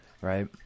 right